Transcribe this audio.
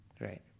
Right